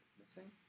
missing